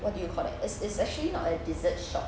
what do you call that it's it's actually not a dessert shop